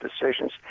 decisions